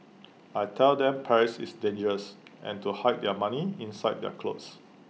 I tell them Paris is dangerous and to hide their money inside their clothes